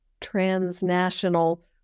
transnational